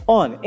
on